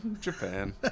Japan